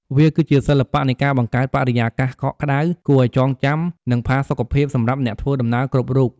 វាគឺជាសិល្បៈនៃការបង្កើតបរិយាកាសកក់ក្តៅ គួរឱ្យចងចាំ និងផាសុកភាពសម្រាប់អ្នកធ្វើដំណើរគ្រប់រូប។